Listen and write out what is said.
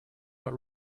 but